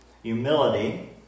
Humility